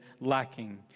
lacking